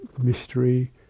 mystery